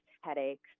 headaches